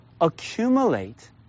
accumulate